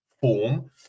form